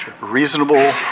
reasonable